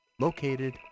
located